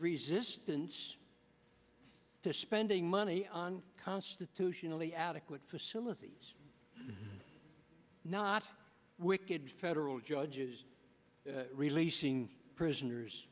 resistance to spending money on constitutionally adequate facilities not wicked federal judges releasing prisoners